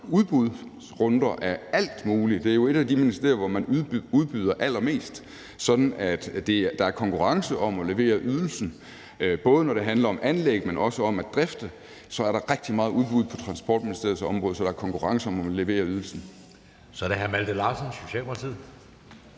udbudsrunder af alt muligt. Det er jo et af de ministerier, hvor man udbyder allermest, sådan at der er konkurrence om at levere ydelsen. Både når det handler om anlæg, men også om at drifte, er der rigtig meget udbud på Transportministeriets område, så der er konkurrence om at levere ydelsen. Kl. 14:28 Anden næstformand (Jeppe